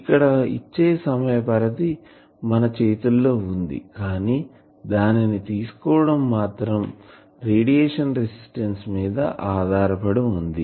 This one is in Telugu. ఇక్కడ ఇచ్చే సమయ పరిధి మన చేతుల్లో వుంది కానీ దానిని తీసుకోవడం మాత్రం రేడియేషన్ రెసిస్టెన్స్ మీద ఆధారపడి వుంది